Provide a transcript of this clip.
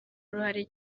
uruhare